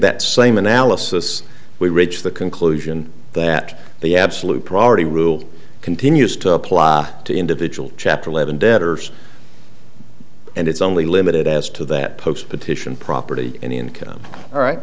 that same analysis we reach the conclusion that the absolute priority rule continues to apply to individual chapter eleven debtors and it's only limited as to that post petition property any and all right